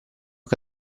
che